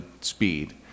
speed